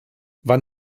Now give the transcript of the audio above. wann